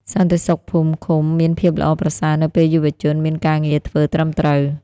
សន្តិសុខភូមិឃុំមានភាពល្អប្រសើរនៅពេលយុវជនមានការងារធ្វើត្រឹមត្រូវ។